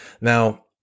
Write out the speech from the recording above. Now